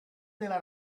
della